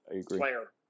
player